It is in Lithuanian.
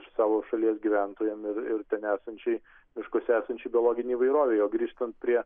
savo šalies gyventojam ir ir ten esančiai miškuose esančiai biologinei įvairovei o grįžtant prie